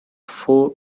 four